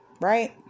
right